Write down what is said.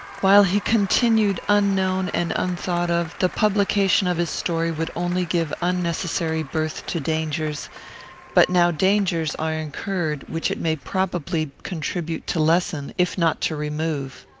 while he continued unknown and unthought of, the publication of his story would only give unnecessary birth to dangers but now dangers are incurred which it may probably contribute to lessen, if not to remove.